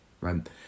right